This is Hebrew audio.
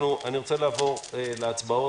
אני רוצה לעבור להצבעות